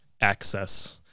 access